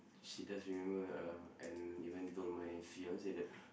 she does remember uh and even told my fiance that